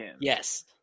Yes